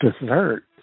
dessert